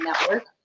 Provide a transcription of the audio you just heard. network